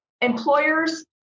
employers